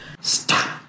Stop